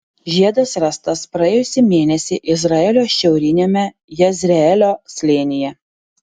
žiedas rastas praėjusį mėnesį izraelio šiauriniame jezreelio slėnyje